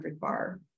bar